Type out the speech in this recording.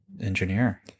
engineer